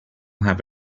have